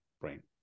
brain